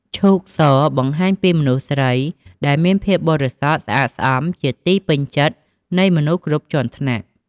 ឈូកស បង្ហាញពីមនុស្សស្រីដែលមានភាពបរិសុទ្ធ ស្អាតស្អំជាទីពេញចិត្តនៃមនុស្សគ្រប់ជាន់ថ្នាក់។